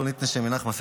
לא נתנשי מנך,